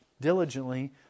diligently